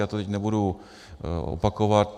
Já to teď nebudu opakovat.